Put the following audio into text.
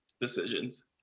decisions